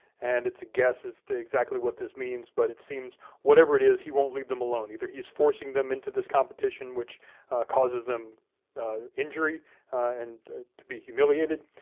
and it's a guess as to exactly what this means, but it seems whatever it is, he won't leave them alone. either he's forcing them into this competition which causes them injury and to be humiliated,